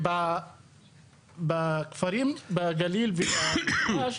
בכפרים, בגליל ובמשולש,